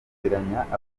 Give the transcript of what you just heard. abanyamuryango